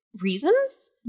reasons